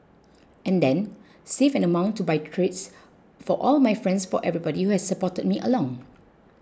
and then save an amount to buy treats for all my friends for everybody who has supported me along